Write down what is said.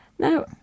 Now